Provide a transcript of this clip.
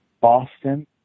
Boston